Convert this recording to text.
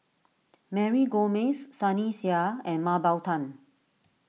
Mary Gomes Sunny Sia and Mah Bow Tan